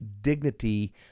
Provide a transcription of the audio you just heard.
dignity